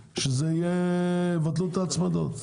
יבטלו את ההצמדות.